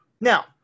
Now